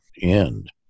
end